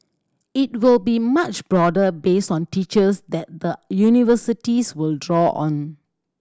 it will be much broader based on teachers that the universities will draw on